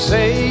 Say